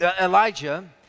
Elijah